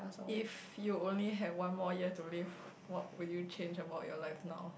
if you only have one more year to live what would you change about your life now